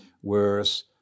Whereas